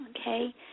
okay